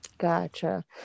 Gotcha